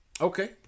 Okay